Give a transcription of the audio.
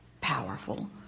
powerful